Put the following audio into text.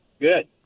Good